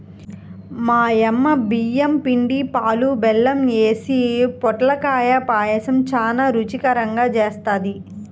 మా యమ్మ బియ్యం పిండి, పాలు, బెల్లం యేసి పొట్లకాయ పాయసం చానా రుచికరంగా జేత్తది